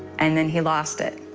and then he lost it.